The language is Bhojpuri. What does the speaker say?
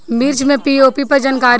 मिर्च मे पी.ओ.पी पर जानकारी चाही?